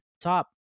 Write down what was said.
top